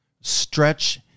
stretch